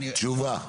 תשובה.